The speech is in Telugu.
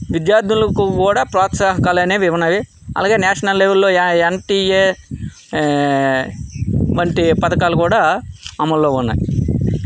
విద్యార్థులకు కూడా ప్రోత్సాహికలనేవి ఉన్నాయి అలాగే నేషనల్ లెవెల్లో ఎన్టిఏ వంటి పథకాలు కూడా అమల్లో ఉన్నాయి